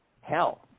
Hell